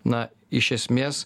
na iš esmės